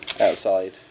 outside